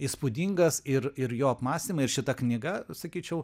įspūdingas ir ir jo apmąstymai ir šita knyga sakyčiau